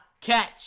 catch